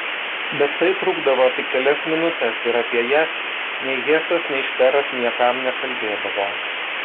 bet tai trukdavo tik kelias minutes ir apie jas nei hesas nei šperas niekam nekalbėdavo